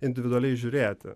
individualiai žiūrėti